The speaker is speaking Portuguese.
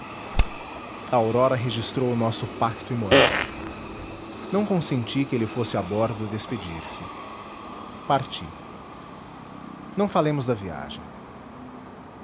aurora registrou o nosso pacto imoral não consenti que ele fosse a bordo despedir-se parti não falemos da viagem